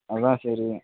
அது தான் சரி